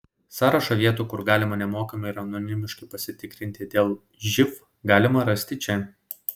sąrašą vietų kur galima nemokamai ir anonimiškai pasitikrinti dėl živ galima rasti čia